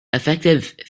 effective